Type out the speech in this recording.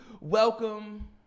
welcome